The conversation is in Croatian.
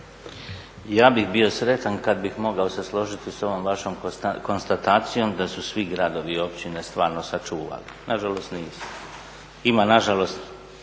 Ja bih bio sretan kada bi se mogao složiti sa ovom vašom konstatacijom da su svi gradovi i općine stvarno sačuvali, nažalost nisu. Ima nažalost